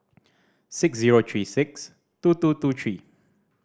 six zero three six two two two three